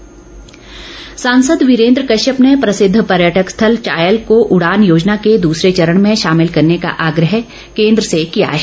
वीरेन्द्र कश्यप सांसद वीरेन्द्र कश्यप ने प्रसिद्ध पर्यटक स्थल चायल को उडान योजना के दुसरे चरण में शामिल करने का आग्रह केन्द्र से किया है